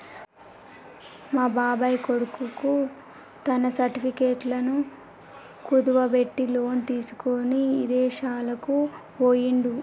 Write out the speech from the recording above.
మా బాబాయ్ కొడుకు తన సర్టిఫికెట్లను కుదువబెట్టి లోను తీసుకొని ఇదేశాలకు బొయ్యిండు